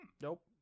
Nope